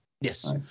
Yes